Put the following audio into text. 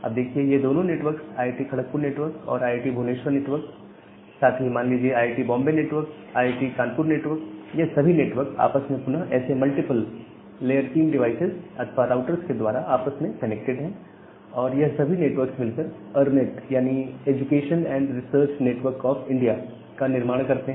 अब देखिए ये दोनों नेटवर्क्स आईआईटी खड़कपुर नेटवर्क और आईआईटी भुवनेश्वर नेटवर्क साथ ही मान लीजिए IIT Bombay network IIT Kanpur network ये सभी नेटवर्क्स आपस में पुनः ऐसे मल्टीपल लेयर 3 डिवाइसेज अथवा राउटर्स के द्वारा आपस में कनेक्टेड है और ये सभी नेटवर्क्स मिलकर अरनेट यानी education and research network of India network का निर्माण करते हैं